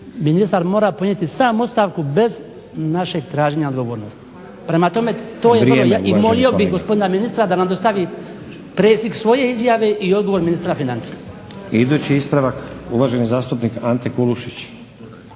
ministar mora podnijeti sam ostavku bez našeg traženja odgovornosti. … /Upadica: Vrijeme./ … Prema tome, to je to i molio bih gospodina ministra da nam dostavi preslik svoje izjave i odgovor ministra financija. **Stazić, Nenad (SDP)** Idući ispravak uvaženi zastupnik Ante Kulušić.